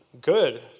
good